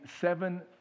seven